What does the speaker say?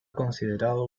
considerado